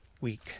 week